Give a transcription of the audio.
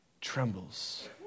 trembles